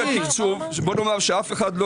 בוא נאמר שאף אחד,